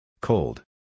Cold